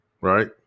right